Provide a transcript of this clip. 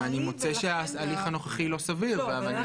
ואני מוצא שההליך הנוכחי לא סביר ואני